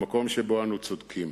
במקום שבו אנו צודקים.